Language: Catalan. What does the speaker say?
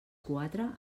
quatre